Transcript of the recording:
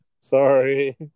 Sorry